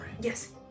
Yes